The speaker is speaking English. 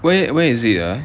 where where is it ah